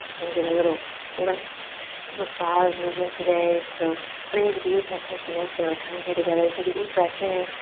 gonna get a little lymph massage movement today so breathe deep. let's make the most of our time here together. take a deep breath in.